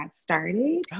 started